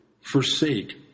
forsake